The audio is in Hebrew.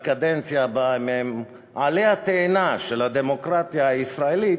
בקדנציה הבאה, אם עלי התאנה של הדמוקרטיה הישראלית